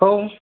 हो